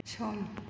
सम